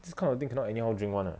this kind of thing cannot anyhow drink [one] ah